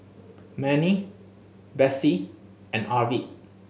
Mannie Bessie and Arvid